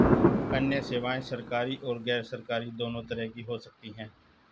अन्य सेवायें सरकारी और गैरसरकारी दोनों तरह की हो सकती हैं